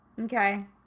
okay